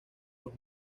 los